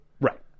Right